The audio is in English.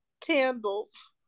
candles